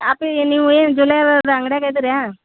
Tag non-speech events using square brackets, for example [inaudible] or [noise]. [unintelligible] ಅಂಗ್ಡಿಯಾಗ ಅದೀರ್ಯಾ